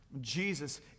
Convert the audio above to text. Jesus